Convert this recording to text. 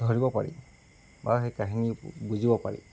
ধৰিব পাৰি বা সেই কাহিনী বুজিব পাৰি